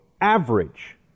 average